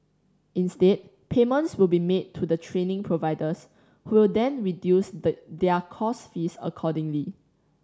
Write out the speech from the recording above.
instead payments will be made to the training providers who will then reduce the their course fees accordingly